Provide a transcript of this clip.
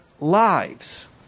lives